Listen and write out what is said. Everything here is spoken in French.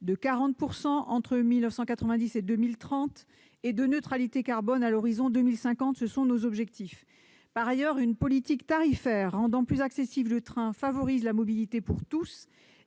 de 40 % entre 1990 et 2030 et de neutralité carbone à l'horizon de 2050. Par ailleurs, une politique tarifaire rendant plus accessible le train favorise la mobilité pour tous